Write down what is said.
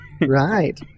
Right